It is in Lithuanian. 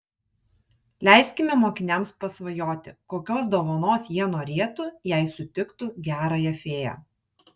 leiskime mokiniams pasvajoti kokios dovanos jie norėtų jei sutiktų gerąją fėją